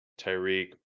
Tyreek